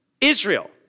Israel